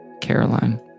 Caroline